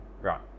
Right